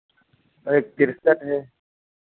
और एक तिरसठ है